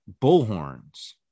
bullhorns